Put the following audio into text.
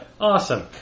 Awesome